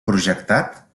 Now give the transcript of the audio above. projectat